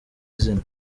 izina